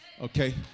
Okay